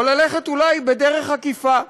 או ללכת אולי בדרך עקיפה.